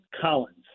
Collins